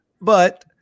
But-